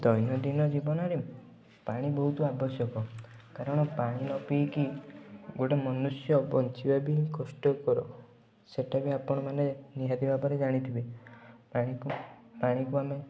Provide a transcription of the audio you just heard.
ଦୈନନ୍ଦିନ ଜୀବନରେ ପାଣି ବହୁତ ଆବଶ୍ୟକ କାରଣ ପାଣି ନ ପିଇକି ଗୋଟେ ମନୁଷ୍ୟ ବଞ୍ଚିବା ବି କଷ୍ଟକର ସେଇଟା ବି ଆପଣମାନେ ନିହାତି ଭାବରେ ଜାଣିଥିବେ ପାଣିକୁ ଆମେ